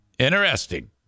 Interesting